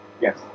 Yes